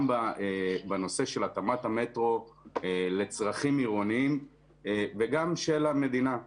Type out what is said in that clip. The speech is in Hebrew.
בנושא של התאמת המטרו לצרכים עירוניים וגם של המדינה.